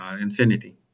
Infinity